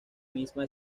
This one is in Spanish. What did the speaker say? misma